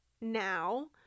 now